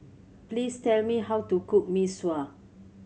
please tell me how to cook Mee Sua